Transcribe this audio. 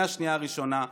מהשנייה הראשונה.